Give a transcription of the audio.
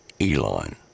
Elon